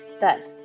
Thus